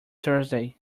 thursday